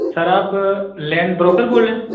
سر آپ land broker بول رہے ہیں